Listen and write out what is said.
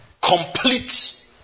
complete